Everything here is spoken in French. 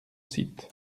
cite